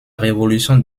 révolution